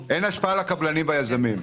אין השפעה על הקבלנים והיזמים,